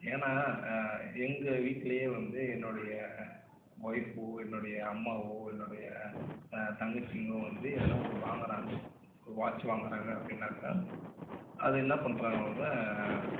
ஏன்னால் எங்கள் வீட்டிலயே வந்து என்னுடைய வொய்ஃப்வோ என்னுடைய அம்மாவோ என்னுடைய த தங்கச்சிங்களோ வந்து எதனால் ஒன்று வாங்கிறாங்க ஒரு வாட்ச் வாங்கிறாங்க அப்படினாக்கா அது என்ன பண்ணுறாங்க அவங்க